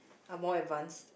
are more advanced